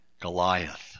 Goliath